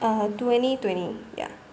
uh twenty twenty ya